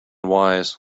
wise